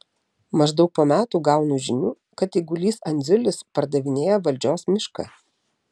maždaug po metų gaunu žinių kad eigulys andziulis pardavinėja valdžios mišką